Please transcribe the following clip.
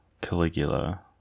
Caligula